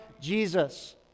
Jesus